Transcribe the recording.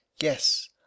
Yes